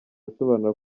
asobanura